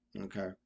Okay